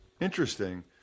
interesting